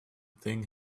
thing